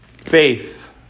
Faith